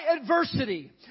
adversity